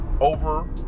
over